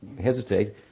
hesitate